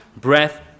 breath